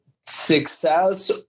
success